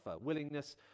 willingness